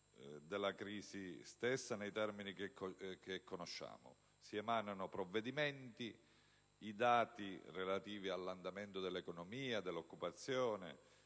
della crisi stessa nei termini che conosciamo. Si emanano provvedimenti; i dati relativi all'andamento dell'economia, dell'occupazione,